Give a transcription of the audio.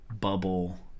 bubble